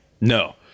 No